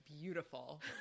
beautiful